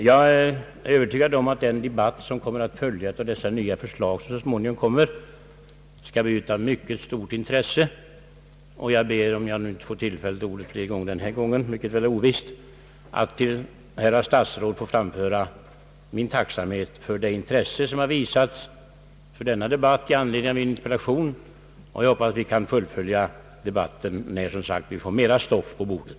Jag är övertygad om att de debatter som kommer att följa på de förslag som skall läggas fram skall bli av mycket stort intresse. Jag ber, om jag inte får ordet flera gånger i denna debatt, vilket är ovisst, att till herrar statsråd få framföra mitt tack för det intresse som har visats för denna debatt i anledning av min interpellation, och jag hoppas att vi kan fullfölja debatten när, som sagt, vi får mera stoff på bordet.